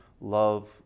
love